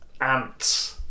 ants